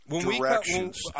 directions